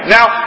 Now